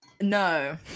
No